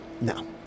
No